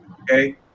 Okay